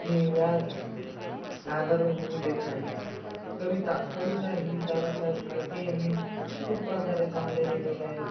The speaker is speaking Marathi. हे व्या आदर होऊ देत नाहीत कविता कविता ही दादासाहेब फाळके यांनी खूप प्रकारे चांगल्या लिहिलेल्या आहेत